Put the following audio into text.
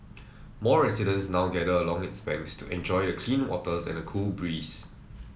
more residents now gather along its banks to enjoy the clean waters and the cool breeze